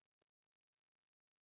ya